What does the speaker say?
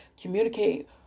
communicate